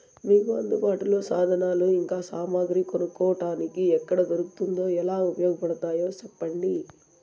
మీకు అందుబాటులో సాధనాలు ఇంకా సామగ్రి కొనుక్కోటానికి ఎక్కడ దొరుకుతుందో ఎలా ఉపయోగపడుతాయో సెప్పండి?